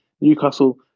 Newcastle